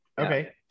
okay